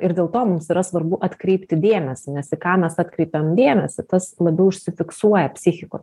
ir dėl to mums yra svarbu atkreipti dėmesį nes į ką mes atkreipiam dėmesį tas labiau užsifiksuoja psichikoj